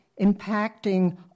impacting